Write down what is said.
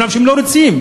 אפילו שהם לא רוצים,